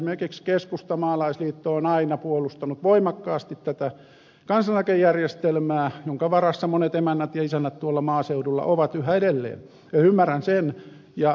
esimerkiksi keskusta maalaisliitto on aina puolustanut voimakkaasti kansaneläkejärjestelmää jonka varassa monet emännät ja isännät tuolla maaseudulla ovat yhä edelleen ja ymmärrän sen